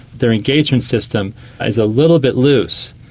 their engagement system is a little bit loose.